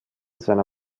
seiner